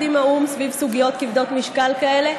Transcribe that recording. עם האו"ם סביב סוגיות כבדות משקל כאלה.